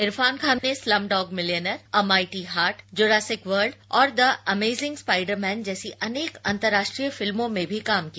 इरफान खान ने Slumdog Millionaire A Mighty Heart Jurassic World और the Amazing Spider Man जैसी अनेक अंतरर्ष्ट्रीय फिल्मों में भी काम किया